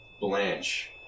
Blanche